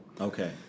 Okay